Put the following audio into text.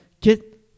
get